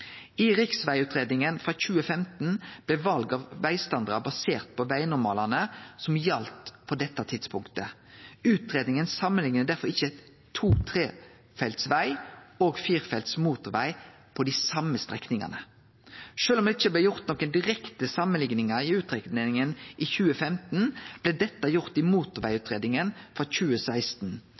I riksvegutgreiinga frå 2015 blei val av vegstandard basert på vegnormalane som gjaldt på dette tidspunktet. Utgreiinga samanlikna derfor ikkje to-/trefeltsveg og firefelts motorveg på dei same strekningane. Sjølv om det ikkje blei gjort nokon direkte samanlikningar i utgreiinga i 2015, blei dette gjort i motorvegutgreiinga frå 2016.